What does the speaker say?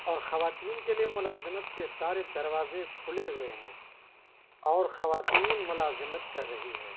اور خواتین کے لیے ملازمت کے سارے دروازے کھلے ہوئے ہیں اور خواتین ملازمت کر رہی ہیں